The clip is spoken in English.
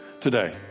today